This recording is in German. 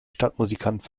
stadtmusikanten